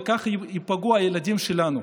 וכך ייפגעו הילדים שלנו.